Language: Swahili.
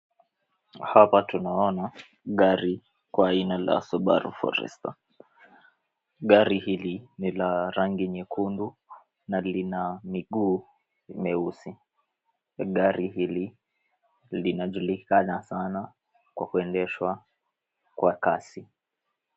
Hapa tunaona gari kwa aina la Subaru Forester. Gari hili ni la rangi nyekundu na lina miguu mieusi. Gari hili linajulikana sana kwa kuendeshwa kwa kasi.